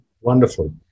Wonderful